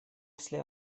если